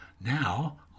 Now